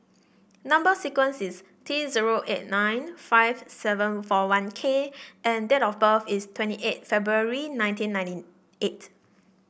number sequence is T zero eight nine five seven four one K and date of birth is twenty eight February nineteen ninety eight